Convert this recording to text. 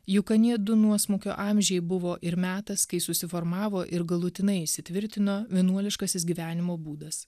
juk anie du nuosmukio amžiai buvo ir metas kai susiformavo ir galutinai įsitvirtino vienuoliškasis gyvenimo būdas